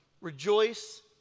Rejoice